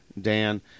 Dan